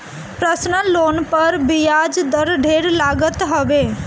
personal loan पर बियाज दर ढेर लागत हवे